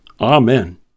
Amen